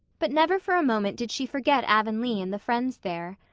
but never for a moment did she forget avonlea and the friends there.